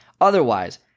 Otherwise